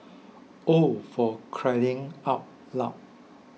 oh for crying out loud